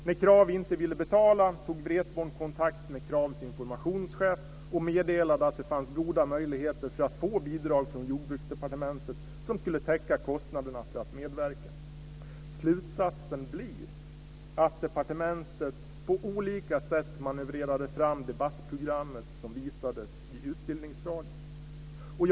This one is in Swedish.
När Krav inte ville betala tog Wretborn kontakt med Kravs informationschef och meddelade att det fanns goda möjligheter att få bidrag från Jordbruksdepartementet som skulle täcka kostnaderna för att medverka. Slutsatsen blir att departementet på olika sätt manövrerade fram det debattprogram som visades i Utbildningsradions regi.